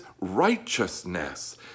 righteousness